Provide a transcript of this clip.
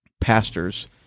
pastors